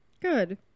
Good